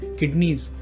kidneys